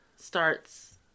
starts